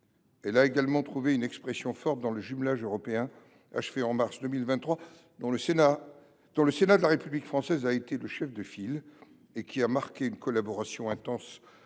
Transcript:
a également trouvé une expression forte dans le jumelage européen, achevé en mars 2023, dont le Sénat a été le chef de file, qui a marqué une collaboration intense